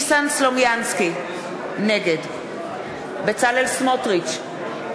נגד בצלאל סמוטריץ,